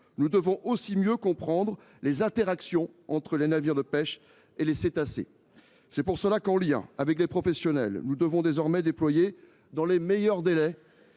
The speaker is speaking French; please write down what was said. nous faut aussi mieux comprendre les interactions entre les navires de pêche et les cétacés. À cette fin, en lien avec les professionnels, nous devons désormais déployer dans les meilleurs délais